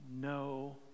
no